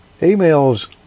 emails